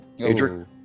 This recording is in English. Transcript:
Adrian